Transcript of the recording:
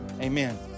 amen